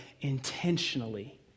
intentionally